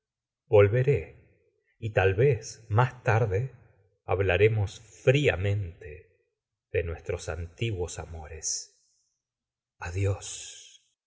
volveré y tal vez más tarde hablaremos fríamente de nuestros antiguos amores adiós